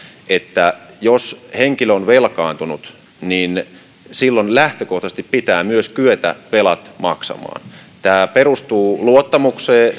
että jos henkilö on velkaantunut niin silloin lähtökohtaisesti pitää myös kyetä velat maksamaan se järjestelmä perustuu luottamukseen